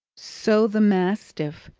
so the mastiff,